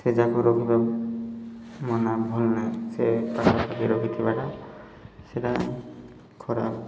ସେଯାକ ରଖିବା ମନା ଭଲ ନାହିଁ ସେ ପାଖପାଖି ରଖିଥିବାଟା ସେଇଟା ଖରାପ